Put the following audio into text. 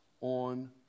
on